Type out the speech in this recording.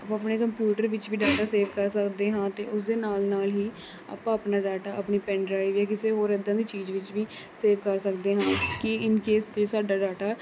ਉਹ ਆਪਣੇ ਕੰਪਿਊਟਰ ਵਿੱਚ ਵੀ ਡਾਟਾ ਸੇਵ ਕਰ ਸਕਦੇ ਹਾਂ ਅਤੇ ਉਸ ਦੇ ਨਾਲ਼ ਨਾਲ਼ ਹੀ ਆਪਾਂ ਆਪਣਾ ਡਾਟਾ ਆਪਣੀ ਪੈਨਡ੍ਰਾਈਵ ਜਾਂ ਕਿਸੇ ਹੋਰ ਇੱਦਾਂ ਦੀ ਚੀਜ਼ ਵਿੱਚ ਵੀ ਸੇਵ ਕਰ ਸਕਦੇ ਹਾਂ ਕਿ ਇਨ ਕੇਸ ਜੇ ਸਾਡਾ ਡਾਟਾ